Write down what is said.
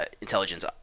intelligence